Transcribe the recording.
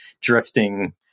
drifting